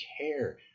care